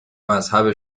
مذهب